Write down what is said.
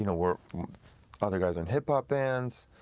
you know we're other guys in hip hop bands,